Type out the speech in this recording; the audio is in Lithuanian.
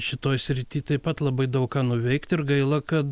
šitoj srity taip pat labai daug ką nuveikt ir gaila kad